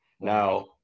Now